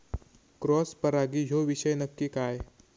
Cross परागी ह्यो विषय नक्की काय?